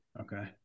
Okay